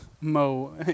Mo